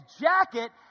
jacket